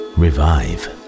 revive